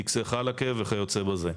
טקסי חלאקה וכיוצא בזה.